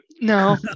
No